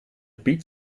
piet